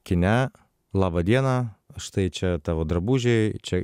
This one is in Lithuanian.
kine labą dieną štai čia tavo drabužiai čia